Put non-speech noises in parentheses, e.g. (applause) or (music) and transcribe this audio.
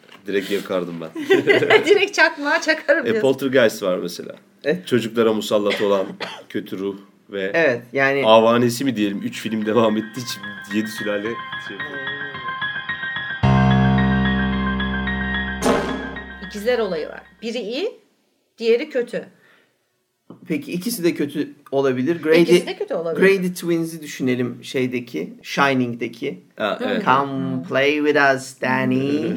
Direkt yakardım ben. (laughs) (laughs) Direkt çakmağa çakarım E, diyorsun. Poltergeist var mesela. E? Çocuklara musallat olan kötü ruh ve Evet, yani- avanesi mi diyelim, üç film devam ettiği için yedi sülale şey yapıyor. İkizler olayı var. Biri iyi, diğeri kötü. Peki, ikisi de kötü olabilir. Grady- İkisi de kötü olabilir. Grady Twins'i düşünelim şeydeki, Shining'deki. Ha, evet. (laughs) Come Hı. play with us, Hı. Danny. (laughs)